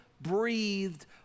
breathed